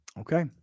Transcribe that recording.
Okay